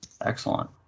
Excellent